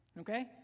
Okay